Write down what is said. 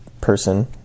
person